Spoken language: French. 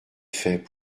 fait